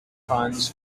funds